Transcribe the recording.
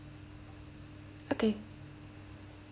okay